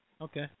Okay